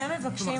אתם מבקשים